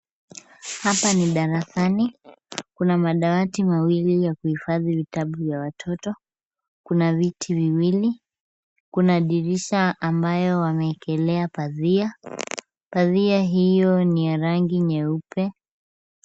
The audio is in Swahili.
Hapa ni darasani. Kuna madawati mawili ya kuhifadhi vitabu vya watoto. Kuna viti viwili. Kuna dirisha ambayo wamewekelea pazia. Pazia hiyo ni ya rangi nyeupe.